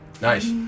Nice